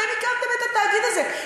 אתם הקמתם את התאגיד הזה.